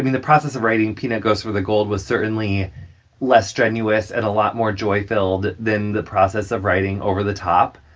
the process of writing peanut goes for the gold was certainly less strenuous and a lot more joy-filled than the process of writing over the top,